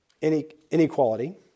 inequality